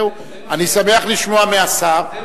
זה מה שהיה.